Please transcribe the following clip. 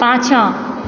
पाछाँ